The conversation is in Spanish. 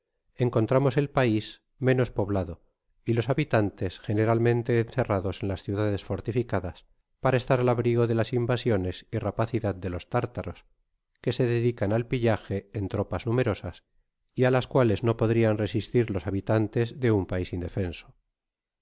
encontramos el pais menos poblado y los habitantes generalmente encerrados en las ciudades fortificadas para estar al abrigo de las invasiones y rapacidad de los tártaros que se dedican al pillaje en trapas numerosas y á las cuales no podrían resistir los habitantes de un pais indefenso